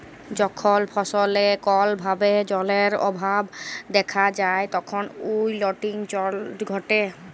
যখল ফসলে কল ভাবে জালের অভাব দ্যাখা যায় তখল উইলটিং ঘটে